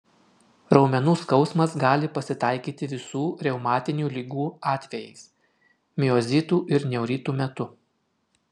raumenų skausmas gali pasitaikyti visų reumatinių ligų atvejais miozitų ir neuritų metu